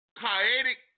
chaotic